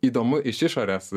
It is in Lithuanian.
įdomu iš išorės